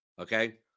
okay